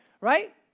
right